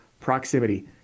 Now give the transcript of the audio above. Proximity